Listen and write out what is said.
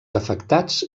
afectats